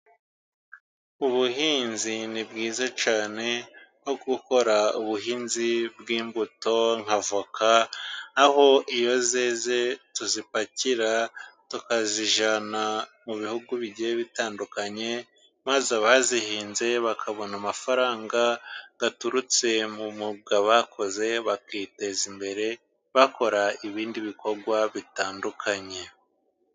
Ubuhinzi ni bwiza cyane. Nko gukora ubuhinzi bw'imbuto nk'avoka, aho iyo zeze tuzipakira tukazijyana mu bihugu bigiye bitandukanye, maze abazihinze bakabona amafaranga aturutse mu mwuga bakoze bakiteza imbere, bakora ibindi bikorwa bitandukanye.